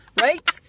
right